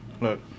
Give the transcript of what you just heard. Look